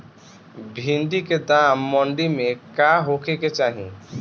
भिन्डी के दाम मंडी मे का होखे के चाही?